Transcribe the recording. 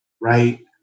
right